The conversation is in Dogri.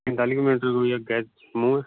पंञताली किलोमीटर कोई अग्गै जम्मू ऐ